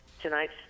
Tonight's